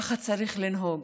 ככה צריך לנהוג.